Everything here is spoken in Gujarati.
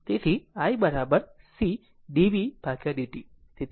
તેથી i c dbdt